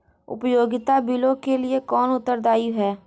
उपयोगिता बिलों के लिए कौन उत्तरदायी है?